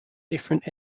different